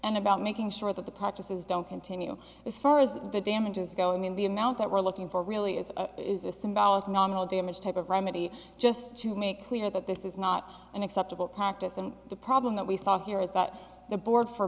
and about making sure that the practices don't continue as far as the damages go in the amount that we're looking for really is is a symbolic nominal damage type of remedy just to make clear that this is not an acceptable practice and the problem that we saw here is that the board for